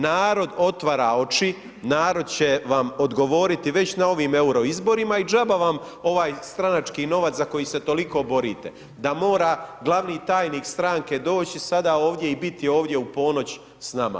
Narod otvara oči, narod će vam odgovoriti već na ovim euroizborima i džaba vam ovaj stranački novac za koji se toliko borite da mora glavni tajnik stranke doći sada ovdje i biti ovdje u ponoć s nama.